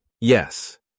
Yes